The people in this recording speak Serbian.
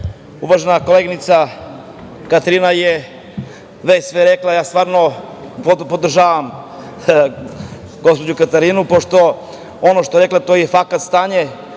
se. Uvažena koleginica Katarina je već sve rekla. Ja stvarno podržavam gospođu Katarinu, pošto ono što je rekla to je i fakat stanje